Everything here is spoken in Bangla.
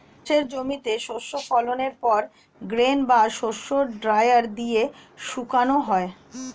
চাষের জমিতে শস্য ফলনের পর গ্রেন বা শস্য ড্রায়ার দিয়ে শুকানো হয়